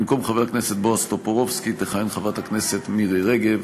במקום חבר הכנסת בועז טופורובסקי תכהן חברת הכנסת מירי רגב.